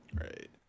right